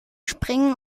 springen